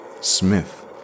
Smith